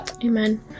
Amen